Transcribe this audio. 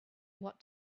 what